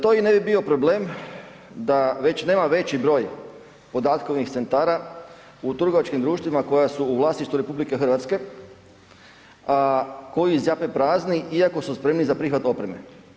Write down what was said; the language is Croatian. To i ne bi bio problem da već nema veći broj podatkovnih centara u trgovačkim društvima koja su u vlasništvu RH, a koji zjape prazni iako su spremni za prihvat opreme.